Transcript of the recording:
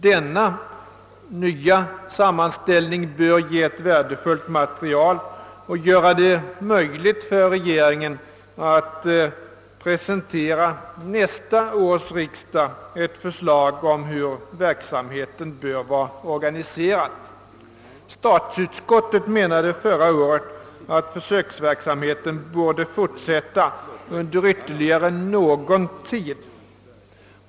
Denna nya sammanställning bör kunna ge ett värdefullt material och göra det möjligt för regeringen att presentera nästa års riksdag ett förslag om hur verksamheten bör vara organiserad. Statsutskottet menade förra året att försöksverksamheten borde = fortsätta under ytterligare »någon tid».